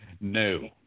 No